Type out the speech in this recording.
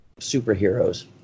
superheroes